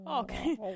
Okay